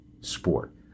sport